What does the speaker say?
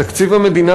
תקציב המדינה,